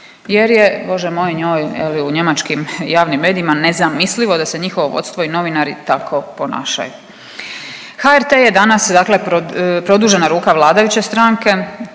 jer je bože moj njoj je li u njemačkim javnim medijima nezamislivo da se njihovo vodstvo i novinari tako ponašaju. HRT je danas, dakle produžena ruka vladajuće stranke,